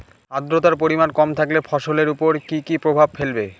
আদ্রর্তার পরিমান কম থাকলে ফসলের উপর কি কি প্রভাব ফেলবে?